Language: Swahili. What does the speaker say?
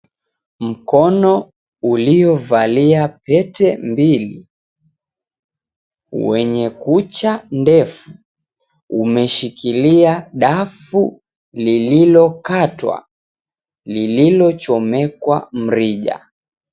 Mkono uliyovalia pete mbili wenye kucha ndefu umeshikilia dafu lililokatwa , lililochomekwa mrija.